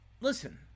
Listen